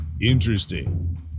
interesting